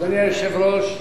אדוני היושב-ראש,